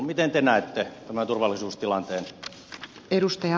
miten te näette tämän turvallisuustilanteen